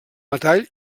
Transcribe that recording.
metall